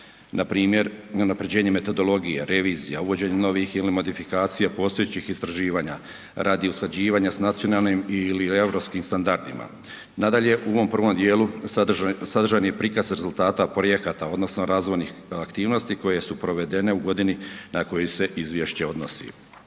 npr. unaprjeđenje metodologije, revizija, uvođenje novih ili modifikacija postojećih istraživanja radi usklađivana sa nacionalnim ili europskim standardima. Nadalje, u ovom prvom djelu sadržan je prikaz rezultata projekata odnosno razvoj aktivnosti koje su proveden u godini na koje se izvješće odnosi.